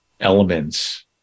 elements